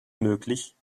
möglich